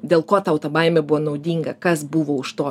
dėl ko tau ta baimė buvo naudinga kas buvo už to